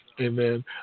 Amen